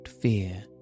fear